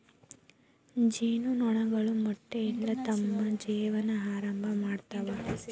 ಜೇನು ನೊಣಗಳು ಮೊಟ್ಟೆಯಿಂದ ತಮ್ಮ ಜೇವನಾ ಆರಂಭಾ ಮಾಡ್ತಾವ